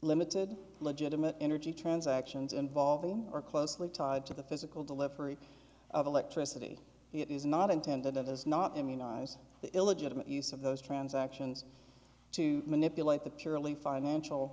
limited legitimate energy transactions involving are closely tied to the physical delivery of electricity it is not intended as not immunize the illegitimate use of those transactions to manipulate the purely financial